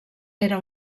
era